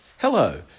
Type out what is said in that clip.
Hello